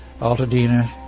Altadena